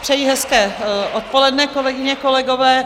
Přeji hezké odpoledne, kolegyně, kolegové.